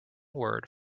word